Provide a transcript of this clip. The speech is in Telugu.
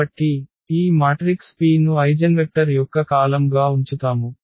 కాబట్టిఈ మాట్రిక్స్ P ను ఐగెన్వెక్టర్ యొక్క కాలమ్ గా ఉంచుతాము